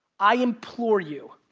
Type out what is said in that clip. i implore you,